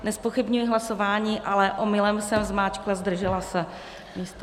Nezpochybňuji hlasování, ale omylem jsem zmáčkla zdržela se místo ano.